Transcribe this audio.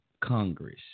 Congress